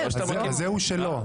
אז זהו שלא.